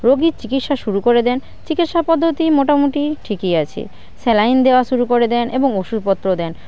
রোগীর চিকিৎসা শুরু করে দেন চিকিৎসা পদ্ধতি মোটামুটি ঠিকই আছে স্যালাইন দেওয়া শুরু করে দেন এবং ওষুধপত্রও দেন